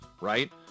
right